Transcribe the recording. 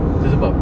se~ sebab